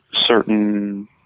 certain